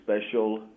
special